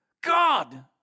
God